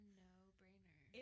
no-brainer